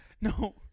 no